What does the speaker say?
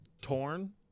torn